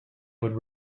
would